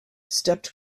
stepped